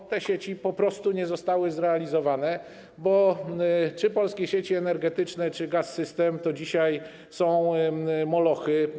Ta budowa sieci po prostu nie została zrealizowana, bo Polskie Sieci Energetyczne czy Gaz-System to dzisiaj są molochy.